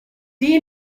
die